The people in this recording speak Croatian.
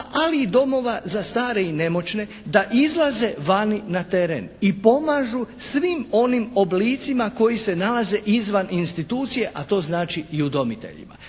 Ali i domova za stare i nemoćne, da izlaze vani na teren i pomažu svim onim oblicima koji se nalaze izvan institucije, a to znači i udomiteljima.